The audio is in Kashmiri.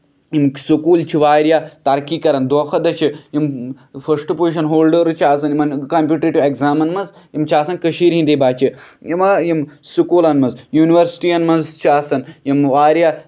یِم سکوٗل چھِ واریاہ ترقی کران دۄہ کھۄتہٕ دۄہ چھِ یِم فٔسٹ پُزشن ہولڈٲرٕس چھِ آسان یِمن کَمپٔٹیٹِو اٮ۪کزامَن منٛز یِم چھِ آسان کٔشیٖر ہِندی بَچہٕ چھِ یِما یِم سکوٗلن منٛز یُنورسٹین منٛز چھُ آسان یِم واریاہ